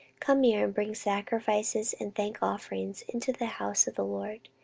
come near and bring sacrifices and thank offerings into the house of the lord.